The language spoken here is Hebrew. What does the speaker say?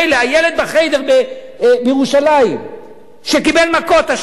הילד ב"חדר" בירושלים שקיבל מכות השבוע.